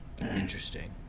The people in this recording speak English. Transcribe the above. Interesting